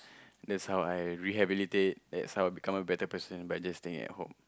that's how I rehabilitate that's how I become a better person by just staying at home